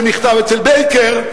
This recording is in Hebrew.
במכתב אצל בייקר,